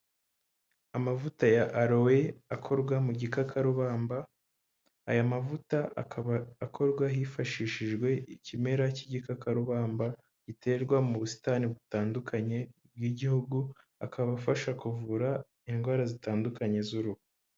Amavuta ya arowe akorwa mu gikakarubamba, aya mavuta akaba akorwa hifashishijwe ikimera k'igikakarubamba, giterwa mu busitani butandukanye bw'igihugu, akaba afasha kuvura indwara zitandukanye z'uruhu.